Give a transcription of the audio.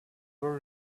were